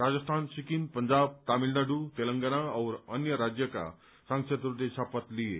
राजस्थान सिकिम पंजाब तमिलनाडु तेलेंगना औ अन्य राज्यका सांसदहरूले शपथ लिए